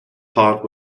part